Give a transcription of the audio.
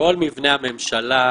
כל מבני הממשלה,